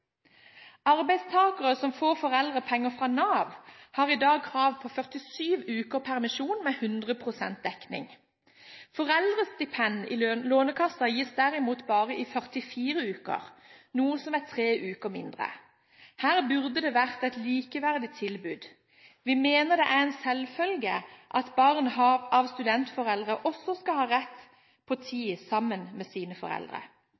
Arbeidstakere som får foreldrepenger fra Nav, har i dag krav på 47 uker permisjon med 100 pst. dekning. Foreldrestipend i Lånekassen gis derimot bare i 44 uker, noe som er tre uker mindre. Her burde det vært et likeverdig tilbud. Vi mener det er en selvfølge at barn av studentforeldre også skal ha rett på tid sammen med sine foreldre.